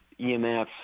EMFs